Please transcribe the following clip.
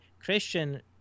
Christian